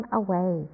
away